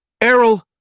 Errol